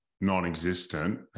non-existent